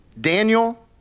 Daniel